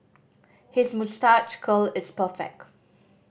his moustache curl is perfect